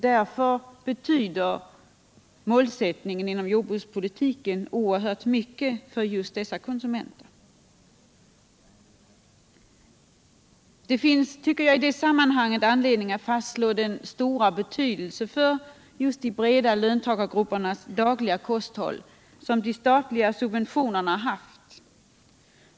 Därför betyder målsättningen inom jordbrukspolitiken oerhört mycket för just dessa konsumenter. Det finns i det sammanhanget anledning att fastslå den stora betydelse för de breda löntagargruppernas dagliga kosthåll som de statliga subventionerna har haft.